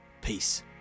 peace